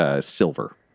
silver